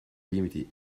limiti